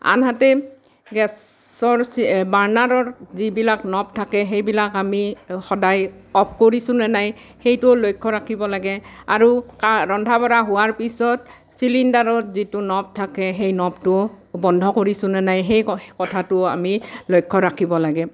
আনহাতে গেছৰ চি বাৰ্ণাৰৰ যিবিলাক নব থাকে সেইবিলাক আমি সদায় অফ কৰিছোঁনে নাই সেইটোও লক্ষ্য ৰাখিব লাগে আৰু কা ৰন্ধা বঢ়া হোৱাৰ পিছত চিলিণ্ডাৰত যিটো নব থাকে সেই নবটো বন্ধ কৰিছোঁনে নাই সেই কথাটো আমি লক্ষ্য ৰাখিব লাগে